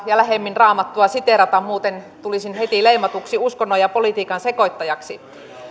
ja lähemmin en uskalla raamattua siteerata muuten tulisin heti leimatuksi uskonnon ja politiikan sekoittajaksi